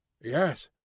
Yes